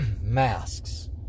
masks